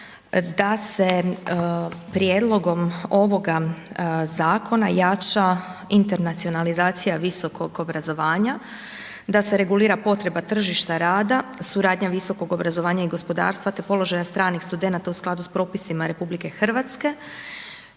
da se prijedlogom ovoga zakona jača internacionalizacija visokog obrazovanja, da se regulira potreba tržišta rada, suradnja visokog obrazovanja i gospodarstva te položaja stranih studenata u skladu s propisima RH uz pomoć